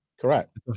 Correct